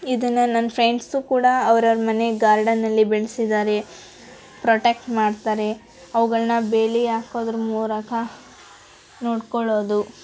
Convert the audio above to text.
ಇದನ್ನು ನನ್ನ ಫ್ರೆಂಡ್ಸೂ ಕೂಡ ಅವ್ರವ್ರ ಮನೆ ಗಾರ್ಡನ್ನಲ್ಲಿ ಬೆಳ್ಸಿದ್ದಾರೆ ಪ್ರೊಟೆಕ್ಟ್ ಮಾಡ್ತಾರೆ ಅವುಗಳನ್ನ ಬೇಲಿ ಹಾಕೋದ್ರ ಮೂಲಕ ನೋಡ್ಕೊಳ್ಳೋದು